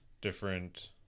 different